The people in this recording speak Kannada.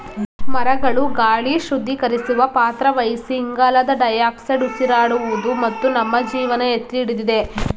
ಮರಗಳು ಗಾಳಿ ಶುದ್ಧೀಕರಿಸುವ ಪಾತ್ರ ವಹಿಸಿ ಇಂಗಾಲದ ಡೈಆಕ್ಸೈಡ್ ಉಸಿರಾಡುವುದು ಮತ್ತು ನಮ್ಮ ಜೀವನ ಎತ್ತಿಹಿಡಿದಿದೆ